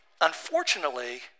unfortunately